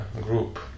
group